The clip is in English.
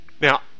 Now